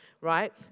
right